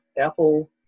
Apple